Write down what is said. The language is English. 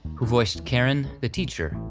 who voiced karen, the teacher,